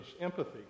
empathy